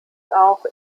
auch